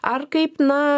ar kaip na